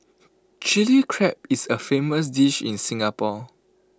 Chilli Crab is A famous dish in Singapore